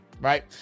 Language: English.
right